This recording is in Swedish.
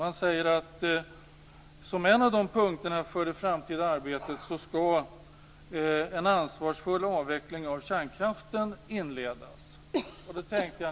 I en av punkterna för det framtida arbetet säger de att en ansvarsfull avveckling av kärnkraften skall inledas.